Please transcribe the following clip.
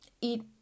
eat